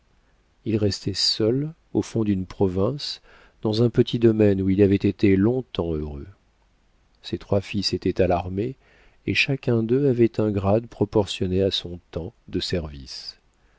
il restait seul au fond d'une province dans un petit domaine où il avait été longtemps heureux ses trois fils étaient à l'armée et chacun d'eux avait un grade proportionné à son temps de service